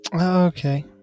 Okay